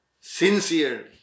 sincerely